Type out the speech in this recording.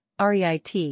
REIT